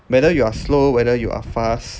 whether you are slow whether you are fast